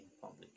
public